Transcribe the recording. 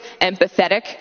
empathetic